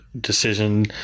decision